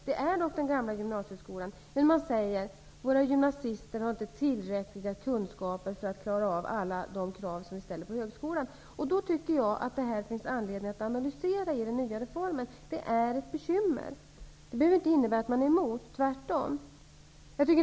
Man säger att gymnasisterna inte har tillräckliga kunskaper för att klara av att upfylla de krav som ställs i högskolan. Då finns det anledning att analysera den delen av den nya reformen, eftersom det är ett bekymmer. Det behöver inte innebära att man är emot reformen, tvärtom.